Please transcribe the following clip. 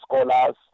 scholars